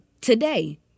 today